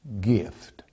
gift